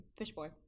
Fishboy